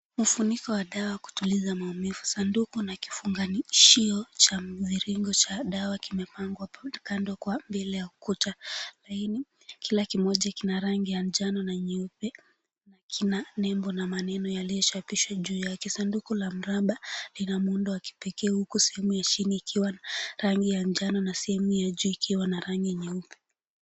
Mfuniko wa dawa kutuliza maumivu. Sanduku na kifunganishio cha mviringo cha dawa kimepangwa kando kwa mbele ya ukuta laini, kila kimoja kina rangi ya njano na nyeupe. Kina nembo na maneno yaliyochapishwa juu yake. Sanduku la mraba lina muundo wa kipekee huku sehemu ya chini ikiwa na rangi ya njano na sehemu ya juu ikiwa na rangi nyeupe.